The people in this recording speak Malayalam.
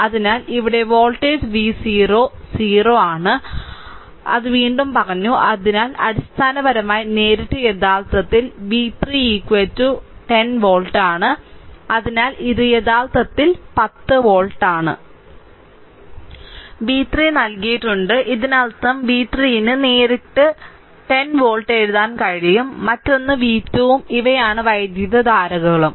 അതിനാൽ ഇവിടെ വോൾട്ടേജ് v 0 0 ആണ് അതെ വീണ്ടും പറഞ്ഞു അതിനാൽ അടിസ്ഥാനപരമായി നേരിട്ട് യഥാർത്ഥത്തിൽ v 3 10 വോൾട്ട് അതിനാൽ ഇത് യഥാർത്ഥത്തിൽ 10 വോൾട്ട് ആണ് v 3 നൽകിയിട്ടുണ്ട് ഇതിനർത്ഥം v 3 ന് നേരിട്ട് 10 വോൾട്ട് എഴുതാൻ കഴിയും മറ്റൊന്ന് v2 ഉം ഇവയാണ് വൈദ്യുതധാരകളും